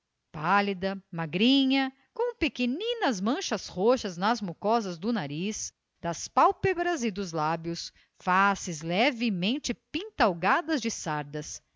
pálida magrinha com pequeninas manchas roxas nas mucosas do nariz das pálpebras e dos lábios faces levemente pintalgadas de sardas